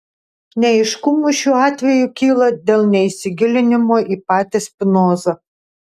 neaiškumų šiuo atveju kyla dėl neįsigilinimo į patį spinozą